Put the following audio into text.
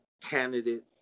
candidate